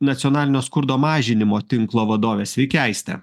nacionalinio skurdo mažinimo tinklo vadovė sveiki aiste